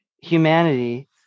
humanity